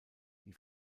die